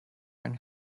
and